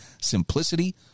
simplicity